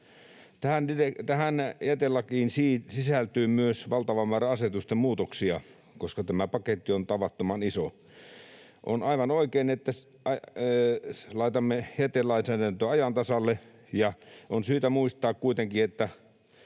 Tähän jätelakiin sisältyy myös valtava määrä asetusten muutoksia, koska tämä paketti on tavattoman iso. On aivan oikein, että laitamme jätelainsäädäntöä ajan tasalle. On syytä muistaa kuitenkin, että